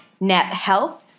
NetHealth